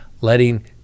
letting